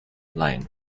line